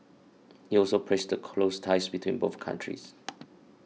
he also praised the close ties between both countries